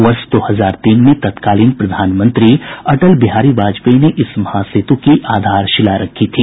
वर्ष दो हजार तीन में तत्कालीन प्रधानमंत्री अटल बिहारी वाजपेयी ने इस महासेत् की आधारशिला रखी थी